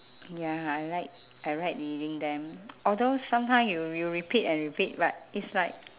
ya I like I like reading them although sometime you'll you'll repeat and repeat but it's like